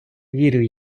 вірю